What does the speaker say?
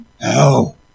No